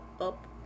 up